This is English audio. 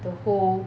the whole